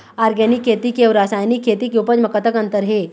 Organic खेती के अउ रासायनिक खेती के उपज म कतक अंतर हे?